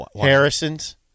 Harrison's